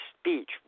speech